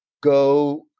go